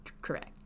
Correct